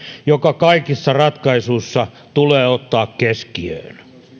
joka kaikissa ratkaisuissa tulee ottaa keskiöön